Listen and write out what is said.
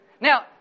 Now